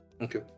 Okay